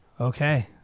Okay